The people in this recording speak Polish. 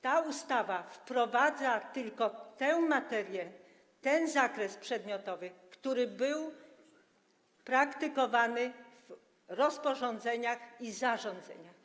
Ta ustawa wprowadza tylko tę materię, ten zakres przedmiotowy, który był praktykowany w rozporządzeniach i zarządzeniach.